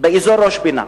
באזור ראש-פינה.